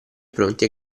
pronti